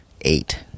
Eight